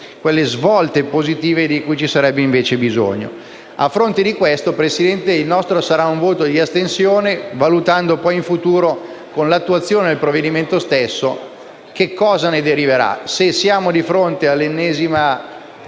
quelle svolte positive di cui ci sarebbe invece bisogno. A fronte di ciò, il nostro sarà un voto di astensione, valutando in futuro, con l’attuazione del provvedimento stesso, che cosa ne deriverà e se saremo di fronte all’ennesima